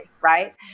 right